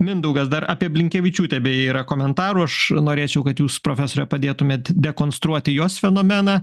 mindaugas dar apie blinkevičiūtę beje yra komentarų aš norėčiau kad jūs profesore padėtumėt dekonstruoti jos fenomeną